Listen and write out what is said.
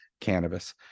cannabis